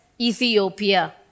Ethiopia